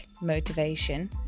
motivation